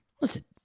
Listen